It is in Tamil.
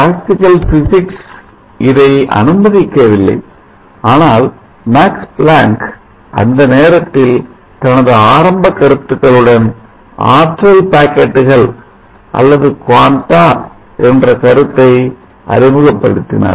கிளாசிக்கல் பிசிக்ஸ் இதை அனுமதிக்கவில்லை ஆனால் மாக்ஸ் பிளான்க் அந்த நேரத்தில் தனது ஆரம்ப கருத்துக்களுடன் ஆற்றல் பாக்கெட்டுகள் அல்லது quanta என்ற கருத்தை அறிமுகப்படுத்தினார்